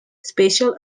special